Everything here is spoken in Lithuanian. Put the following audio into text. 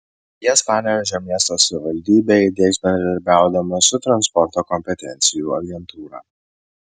jas panevėžio miesto savivaldybė įdiegs bendradarbiaudama su transporto kompetencijų agentūra